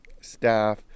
staff